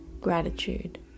gratitude